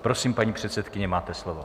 Prosím, paní předsedkyně, máte slovo.